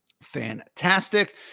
fantastic